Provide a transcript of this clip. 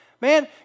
Man